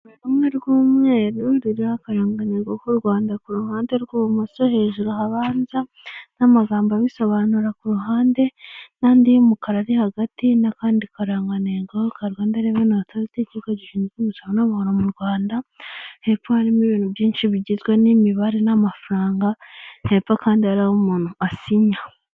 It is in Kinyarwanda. Urupapuru rumwe rw'umweru ruriho akarangantego k'u Rwanda, ku ruhande rw'ibumoso hejuru habanza n'amagambo abisobanura ku ruhande n'andi y'umukara ari hagati nakandi karangantego ka RRA ( ikigo gishinzwe imisoro n'amahoro m' u Rwanda). Hepfo, Harimo ibintu byinshi bigizwe n'imibare n'amafaranga. hepfo kandi Hari aho umuntu asinya.